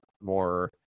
more